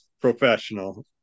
professional